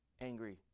angry